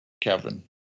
Kevin